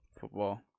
Football